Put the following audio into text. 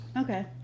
Okay